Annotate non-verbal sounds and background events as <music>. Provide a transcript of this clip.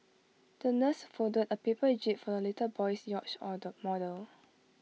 the nurse folded A paper jib for the little boy's yacht <unintelligible> model